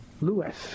Lewis